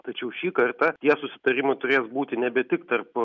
tačiau šį kartą tie susitarimai turės būti nebe tik tarp